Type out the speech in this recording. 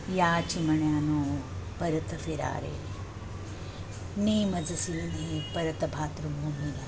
या चिमण्यानो परत फिरा रे ने मजसी ने परत मातृभूमीला